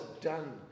done